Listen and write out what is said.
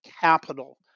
capital